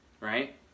right